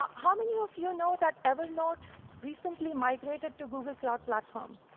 um how many of you know that evernote recently migrated to google cloud platform?